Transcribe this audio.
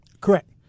Correct